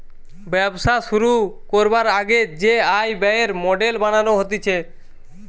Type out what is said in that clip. ব্যবসা শুরু করবার আগে যে আয় ব্যয়ের মডেল বানানো হতিছে